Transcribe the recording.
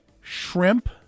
shrimp